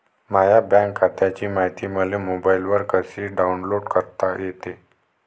माह्या बँक खात्याची मायती मले मोबाईलवर कसी डाऊनलोड करता येते?